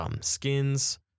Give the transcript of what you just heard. skins